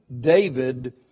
David